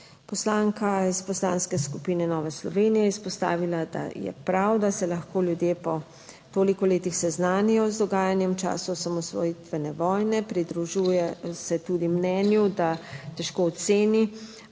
Poslanka iz Poslanske skupine Nove Slovenije je izpostavila, da je prav, da se lahko ljudje po toliko letih seznanijo z dogajanjem v času osamosvojitvene vojne. Pridružuje se tudi mnenju, da težko oceni,